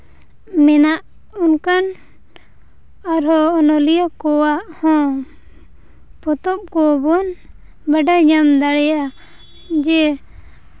ᱢᱮᱱᱟᱜ ᱚᱱᱠᱟᱱ ᱟᱨᱦᱚᱸ ᱚᱱᱚᱞᱤᱭᱟᱹ ᱠᱚᱣᱟᱜ ᱦᱚᱸ ᱯᱚᱛᱚᱵ ᱠᱚᱵᱚᱱ ᱵᱟᱰᱟᱭ ᱧᱟᱢ ᱫᱟᱲᱮᱭᱟᱜᱼᱟ ᱡᱮ